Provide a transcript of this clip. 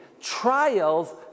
trials